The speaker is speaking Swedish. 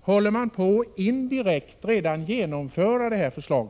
Håller man redan indirekt på att genomföra detta förslag?